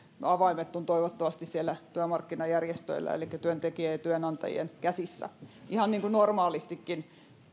avaimet ovat toivottavasti siellä työmarkkinajärjestöillä elikkä työntekijöiden ja työnantajien käsissä ihan niin kuin normaalistikin